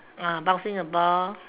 uh bouncing a ball